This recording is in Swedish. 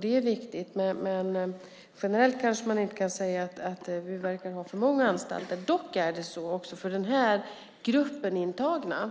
Det är viktigt. Men generellt kanske man inte kan säga att vi verkar ha för många anstalter. Också för den här gruppen intagna